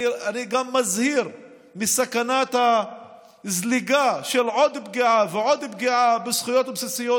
אני גם מזהיר מסכנת הזליגה של עוד פגיעה ועוד פגיעה בזכויות הבסיסיות